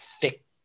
thick